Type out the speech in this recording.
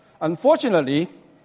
Unfortunately